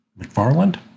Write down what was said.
McFarland